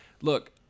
look